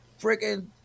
freaking